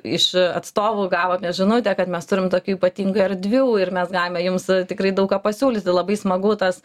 iš atstovų gavome žinutę kad mes turim tokių ypatingų erdvių ir mes galime jums tikrai daug ką pasiūlyti labai smagu tas